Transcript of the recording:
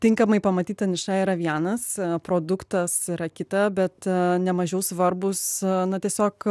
tinkamai pamatyta niša yra vienas produktas yra kita bet nemažiau svarbūs na tiesiog